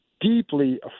deeply